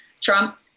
Trump